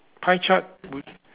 pie chart would